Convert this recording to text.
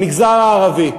המגזר הערבי,